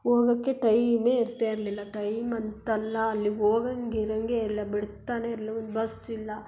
ಹೋಗಕ್ಕೆ ಟೈಮೇ ಇರ್ತಾ ಇರಲಿಲ್ಲ ಟೈಮ್ ಅಂತಲ್ಲ ಅಲ್ಲಿಗೆ ಹೋಗಂಗೆ ಇರಂಗೆ ಇಲ್ಲ ಬಿಡ್ತಾನೆ ಇರ್ಲ ಒಂದು ಬಸ್ ಇಲ್ಲ